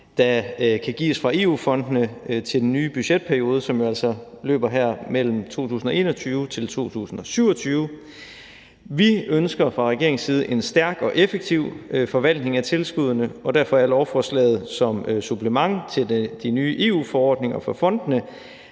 der kan gives fra EU-fondene for den nye budgetperiode, som jo altså løber her mellem 2021 og 2027. Vi ønsker fra regeringens side en stærk og effektiv forvaltning af tilskuddene, og derfor er lovforslaget som supplement til de nye EU-forordninger for fondene